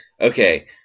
okay